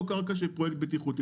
או קרקע של פרויקט בטיחות.